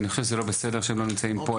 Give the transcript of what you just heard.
לא בסדר שהם לא נמצאים פה,